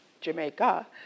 Jamaica